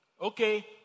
Okay